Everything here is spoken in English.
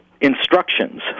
instructions